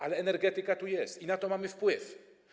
Ale energetyka tu jest i na to mamy wpływ.